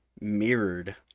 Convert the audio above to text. mirrored